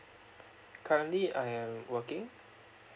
currently I am working